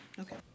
Okay